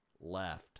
left